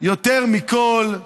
יותר מכול,